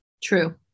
True